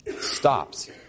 stops